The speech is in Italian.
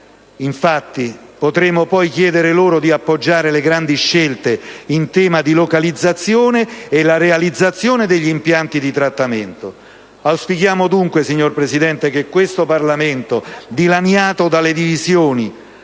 infatti, potremo poi chiedere loro di appoggiare le grandi scelte in tema di localizzazione e la realizzazione degli impianti di trattamento. Auspichiamo dunque, signora Presidente, che questo Parlamento dilaniato dalle divisioni